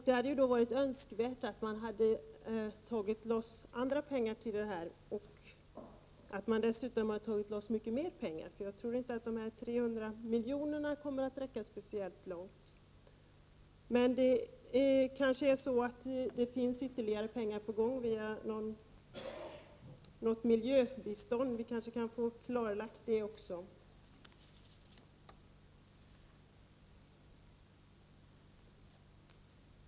Det hade då varit önskvärt om andra pengar och mer pengar hade kunnat utnyttjas för detta. Jag tror inte att dessa 300 milj.kr. kommer att räcka speciellt långt. Men det finns kanske ytterligare pengar att tillgå via något miljöbistånd. Vi kanske kan få även det klarlagt.